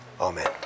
Amen